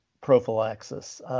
prophylaxis